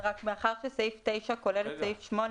רק הערה שסעיף 9 כולל את סעיף 8